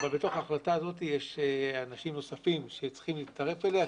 אבל בתוך ההחלטה הזאת יש אנשים נוספים שצריכים להצטרף אליה,